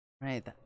Right